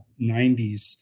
90s